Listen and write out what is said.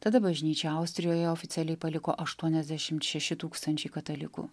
tada bažnyčią austrijoje oficialiai paliko aštuoniasdešimt šeši tūkstančiai katalikų